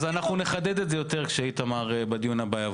נחדד את זה יותר כשיבוא השר בדיון הבא.